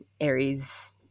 Aries